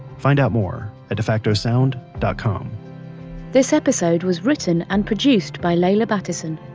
find out more at defactosound dot com this episode was written and produced by leila battison,